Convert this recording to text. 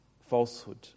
falsehood